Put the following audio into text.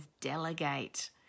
delegate